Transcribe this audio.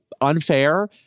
unfair